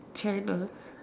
channel